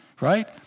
right